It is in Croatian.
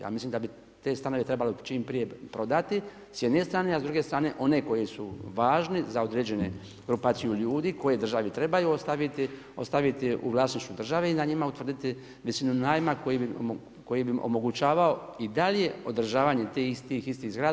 Ja mislim da bi te stanove trebalo čim prije prodati s jedne strane, a s druge strane one koji su važni za određenu grupaciju ljudi koji državu trebaju ostaviti, ostaviti u vlasništvu države i na njima utvrditi visinu najma koji bi omogućavao i dalje održavanje tih istih zgrada.